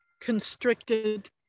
constricted